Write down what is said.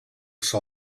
saw